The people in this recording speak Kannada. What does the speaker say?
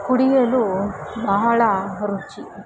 ಕುಡಿಯಲು ಬಹಳ ರುಚಿ